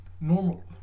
Normal